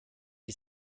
die